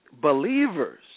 believers